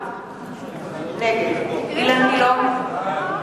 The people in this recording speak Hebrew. נגד אילן גילאון,